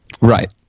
Right